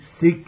seek